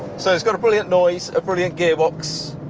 so it's got a brilliant noise, a brilliant gearbox,